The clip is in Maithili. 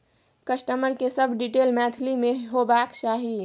कस्टमर के सब डिटेल मैथिली में होबाक चाही